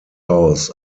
aus